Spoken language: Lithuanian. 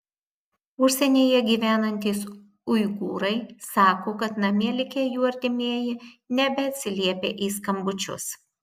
užsienyje gyvenantys uigūrai sako kad namie likę jų artimieji nebeatsiliepia į skambučius